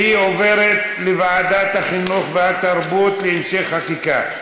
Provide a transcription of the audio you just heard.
והיא עוברת לוועדת החינוך והתרבות להמשך חקיקה.